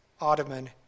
Ottoman